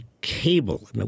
cable